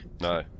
no